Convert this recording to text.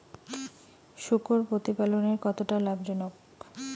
শূকর প্রতিপালনের কতটা লাভজনক?